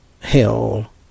hell